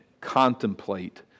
contemplate